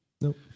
Nope